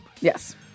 Yes